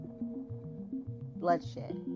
Bloodshed